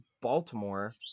Baltimore